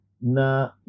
Na